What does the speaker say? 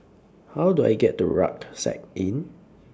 How Do I get to Rucksack Inn